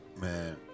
Man